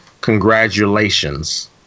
congratulations